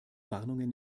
warnungen